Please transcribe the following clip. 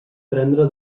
prendre